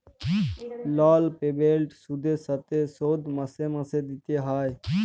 লল পেমেল্ট সুদের সাথে শোধ মাসে মাসে দিতে হ্যয়